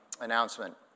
announcement